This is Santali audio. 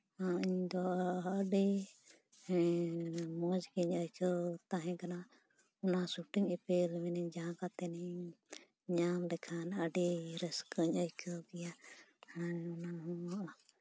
ᱤᱧᱫᱚ ᱟᱹᱰᱤ ᱢᱚᱡᱽ ᱜᱤᱧ ᱟᱹᱭᱠᱟᱹᱣ ᱛᱟᱦᱮᱸ ᱠᱟᱱᱟ ᱡᱟᱦᱟᱸ ᱠᱟᱛᱮ ᱤᱧ ᱧᱟᱢ ᱞᱮᱠᱷᱟᱱ ᱟᱹᱰᱤ ᱨᱟᱹᱥᱠᱟᱹᱧ ᱟᱹᱭᱠᱟᱹᱣ ᱠᱮᱭᱟ ᱟᱨ ᱚᱱᱟ ᱦᱚᱸ